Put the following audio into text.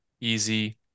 easy